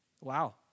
Wow